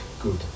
Good